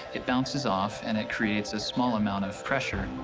it bounces off and it creates a small amount of pressure.